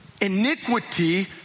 iniquity